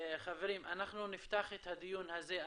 חברים, אנחנו נפתח את הדיון הזה.